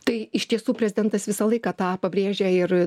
tai iš tiesų prezidentas visą laiką tą pabrėžia ir